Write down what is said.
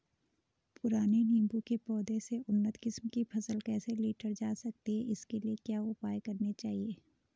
पुराने नीबूं के पौधें से उन्नत किस्म की फसल कैसे लीटर जा सकती है इसके लिए क्या उपाय करने चाहिए?